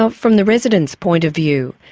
so from the residents' point of view,